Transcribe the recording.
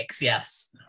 Yes